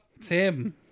Tim